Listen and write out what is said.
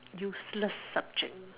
useless subject